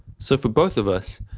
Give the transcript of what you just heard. so for both of us,